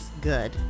good